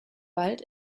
wald